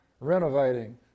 renovating